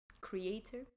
creator